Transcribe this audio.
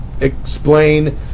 explain